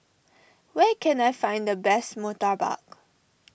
where can I find the best Murtabak